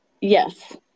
Yes